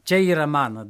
čia yra mano